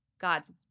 God's